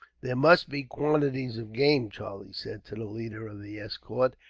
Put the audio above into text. there must be quantities of game, charlie said to the leader of the escort,